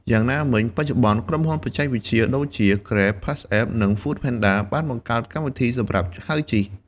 យ៉ាងណាមិញ បច្ចុប្បន្នក្រុមហ៊ុនបច្ចេកវិទ្យាដូចជា Grab, PassApp និង Foodpanda បានបង្កើតកម្មវិធីសម្រាប់ហៅជិះ។